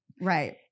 right